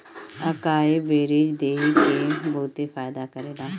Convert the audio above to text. अकाई berries देहि के बहुते फायदा करेला